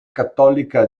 cattolica